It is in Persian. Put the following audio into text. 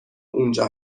اونجا